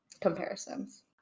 comparisons